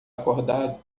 acordado